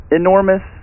enormous